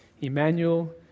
Emmanuel